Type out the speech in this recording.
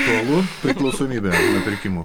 aktualu priklausomybė nuo pirkimų